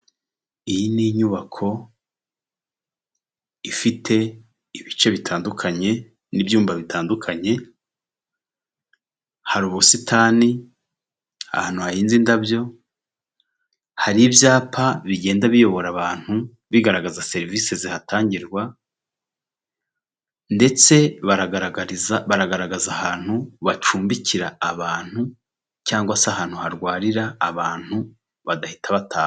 Iyi ni inyubako ifite ibice bitandukanye n'ibyumba bitandukanye hari ubusitani ahantu hahinze indabyo hari ibyapa bigenda biyobora abantu bigaragaza serivisi zihatangirwa ndetse baragaragaza ahantu bacumbikira abantu cyangwa se ahantu harwarira abantu badahita bataha .